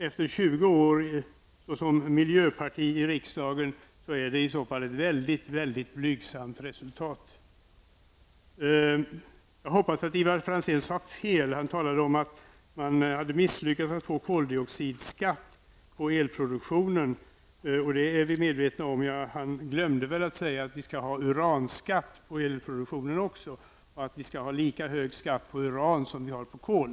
Efter 20 år som miljöparti i riksdagen är det i så fall ett mycket blygsamt resultat för centern. Jag hoppas att Ivar Franzén sade fel när han sade att han misslyckats med att få till stånd en koldioxidskatt på elproduktionen. Vi är medvetna om det, men han glömde väl att säga att vi också skall ha en uranskatt på elproduktionen och att vi skall ha lika hög skatt på uran som på kol.